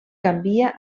canvia